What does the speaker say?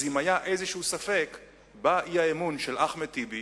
אז אם היה ספק כלשהו, בא אחמד טיבי,